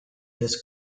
his